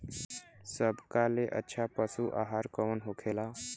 सबका ले अच्छा पशु आहार कवन होखेला?